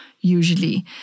usually